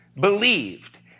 believed